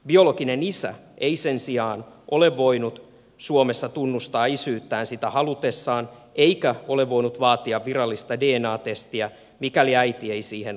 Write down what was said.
biologinen isä ei sen sijaan ole voinut suomessa tunnustaa isyyttään sitä halutessaan eikä ole voinut vaatia virallista dna testiä mikäli äiti ei siihen ole suostunut